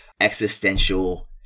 existential